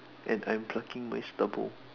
and I'm plucking my stubble